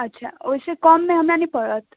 अच्छा ओहिसँ कममे हमरा नहि पड़त